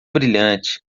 brilhante